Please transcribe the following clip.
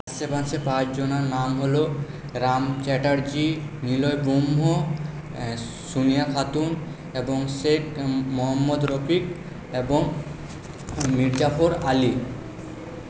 আশেপাশের পাঁচ জনের নাম হলো রাম চ্যাটার্জি নিলয় ব্রহ্ম সনিয়া খাতুন এবং শেখ মহম্মদ রকিব এবং মীরজাফর আলি